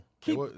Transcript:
Keep